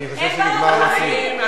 אני חושב שנגמרו המציעים.